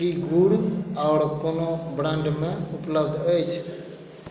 की गुड़ आओर कोनो ब्रांडमे उपलब्ध अछि